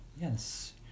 Yes